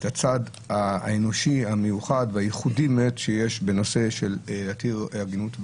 הצד האנושי המיוחד והייחודי שיש בנושא התרת עגינות.